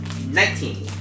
Nineteen